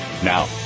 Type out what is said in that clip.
Now